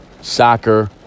soccer